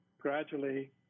gradually